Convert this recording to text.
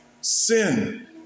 sin